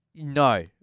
No